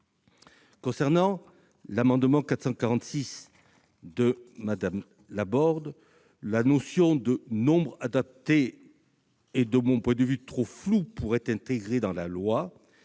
concerne l'amendement n° 446 rectifié de Mme Laborde, la notion de « nombre adapté » est, de mon point de vue, trop floue pour être intégrée dans la loi.